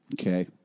Okay